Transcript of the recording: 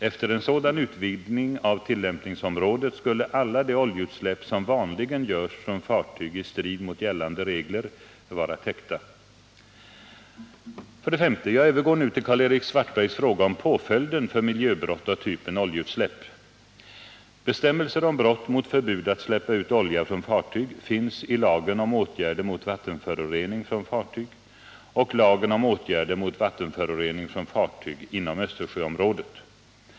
Efter en sådan utvidgning av tillämpningsområdet skulle alla de oljeutsläpp som vanligen görs från fartyg i strid mot gällande regler vara täckta. S. Jag övergår nu till Karl-Erik Svartbergs fråga om påföljden för miljöbrott av typen oljeutsläpp. Bestämmelser om brott mot förbud att släppa ut olja från fartyg finns i lagen om åtgärder mot vattenförorening från fartyg och lagen om åtgärder mot vattenförorening från fartyg inom Östersjöområdet.